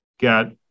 got